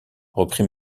reprit